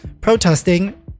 protesting